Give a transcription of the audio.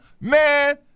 Man